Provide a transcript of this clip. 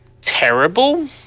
terrible